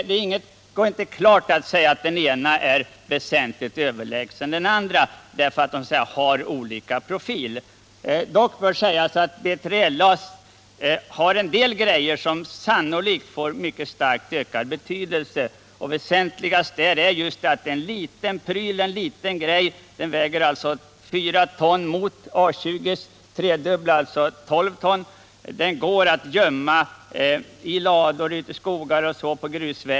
Det går inte att klart säga att den ena är väsentligt överlägsen den andra, eftersom de så att säga har olika profil. Dock bör sägas att B3LA har en del egenskaper som sannolikt får starkt ökad betydelse. Väsentligast är att den är liten — den väger 4 ton, medan A 20 väger tre gånger så mycket, alltså 12 ton.